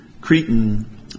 Cretan